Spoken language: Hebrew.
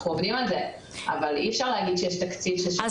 אולי באמת לחשוב על